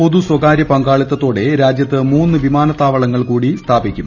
പൊതു സ്വകാരൃ പങ്കാളിത്തതോടെ രാജ്യത്ത് മൂന്ന് വിമാനത്താവളങ്ങൾ കൂടി സ്ഥാപിക്കും